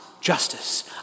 justice